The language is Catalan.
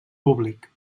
públic